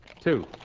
two